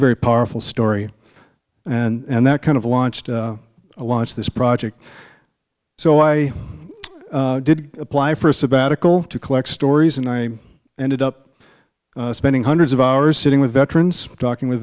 very powerful story and that kind of launched a launch this project so i did apply for a sabbatical to collect stories and i ended up spending hundreds of hours sitting with veterans talking w